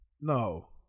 No